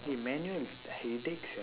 eh manual headache sia